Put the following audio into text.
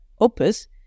Opus